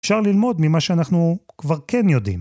אפשר ללמוד ממה שאנחנו כבר כן יודעים.